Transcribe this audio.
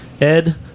Ed